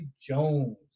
jones